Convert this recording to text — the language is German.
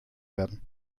werden